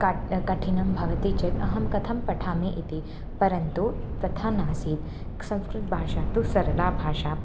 काट् कठिनं भवति चेत् अहं कथं पठामि इति परन्तु तथा नासीत् संस्कृतभाषा तु सरला भाषा